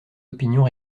opinions